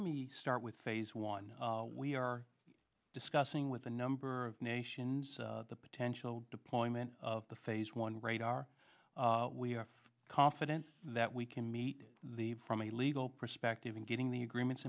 let me start with phase one we are discussing with a number of nations the potential deployment of the phase one radar we are confident that we can meet the from the legal perspective in getting the agreements